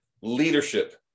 leadership